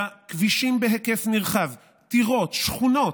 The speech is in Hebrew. כבישים בהיקף נרחב, טירות, שכונות,